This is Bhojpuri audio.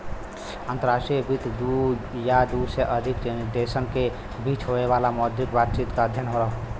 अंतर्राष्ट्रीय वित्त दू या दू से अधिक देशन के बीच होये वाला मौद्रिक बातचीत क अध्ययन हौ